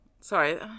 Sorry